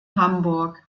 hamburg